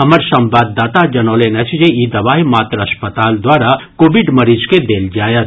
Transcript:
हमर संवाददाता जनौलनि अछि जे ई दवाई मात्र अस्पताल द्वारा कोविड मरीज के देल जायत